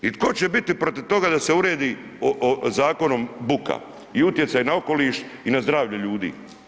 I tko će biti protiv toga da se uredi zakonom buka i utjecaj na okoliš i na zdravlje ljudi?